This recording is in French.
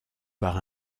par